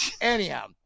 anyhow